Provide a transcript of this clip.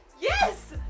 yes